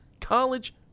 College